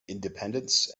independence